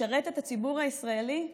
לשרת את הציבור הישראלי?